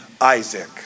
Isaac